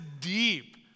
deep